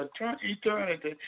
eternity